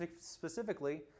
specifically